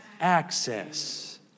access